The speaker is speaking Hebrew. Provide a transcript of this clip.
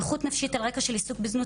נכות נפשית על רקע של עיסוק בזנות,